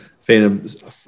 phantom